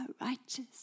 righteous